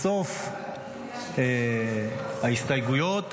בסוף ההסתייגויות,